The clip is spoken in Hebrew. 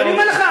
ואני אומר לך,